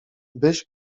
byś